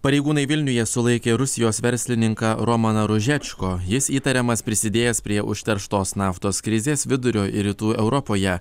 pareigūnai vilniuje sulaikė rusijos verslininką romaną ružečko jis įtariamas prisidėjęs prie užterštos naftos krizės vidurio ir rytų europoje